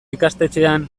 ikastetxean